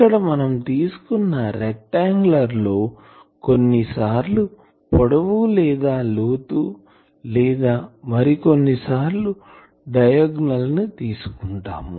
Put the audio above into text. ఇక్కడ మనం తీసుకున్న రెక్టాన్గులార్ లో కొన్నిసార్లు పొడవు లేదా లోతు లేదా మరి కొన్ని సార్లు డైగోనల్ ను తీసుకుంటాం